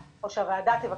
או שהוועדה תבקש,